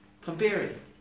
comparing